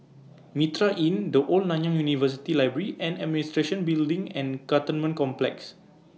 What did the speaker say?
Mitraa Inn The Old Nanyang University Library and Administration Building and Cantonment Complex